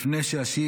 לפני שאשיב,